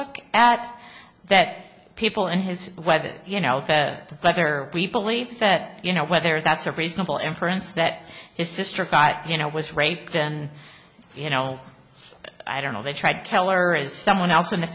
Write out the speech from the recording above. look at that people in his web you know whether we believe that you know whether that's a reasonable inference that his sister got you know was raped and you know i don't know they tried keller is someone else in the